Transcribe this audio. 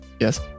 Yes